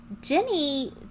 Jenny